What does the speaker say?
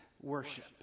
worship